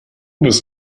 bist